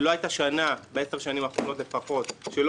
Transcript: לא הייתה שנה בעשר השנים האחרונות לפחות שלא